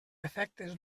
efectes